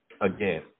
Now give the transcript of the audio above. again